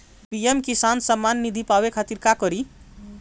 PM Kisan Samman Nidhi पावे खातिर का करी?